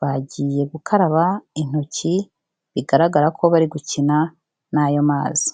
bagiye gukaraba intoki bigaragara ko bari gukina n'ayo mazi.